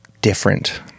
different